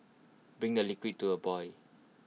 bring the liquid to A boy